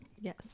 Yes